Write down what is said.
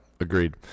agreed